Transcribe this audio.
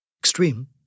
extreme